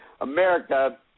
America